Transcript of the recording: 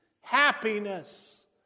happiness